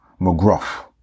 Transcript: McGruff